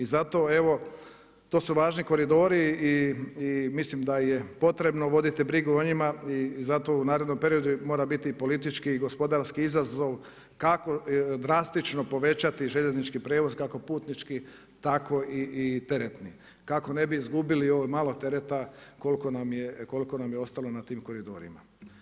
I zato evo, to su važni koridori i mislim daj e potrebno voditi brigu o njima i zato u narednom periodu mora biti politički i gospodarski izazov kako drastično povećati željeznički prijevoz kako putnički tako i teretni kako ne bi izgubili ovo malo tereta koliko nam je ostalo na tim koridorima.